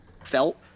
felt